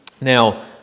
Now